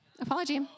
apology